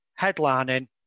headlining